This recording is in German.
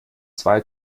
zwei